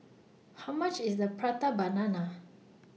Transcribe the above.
How much IS The Prata Banana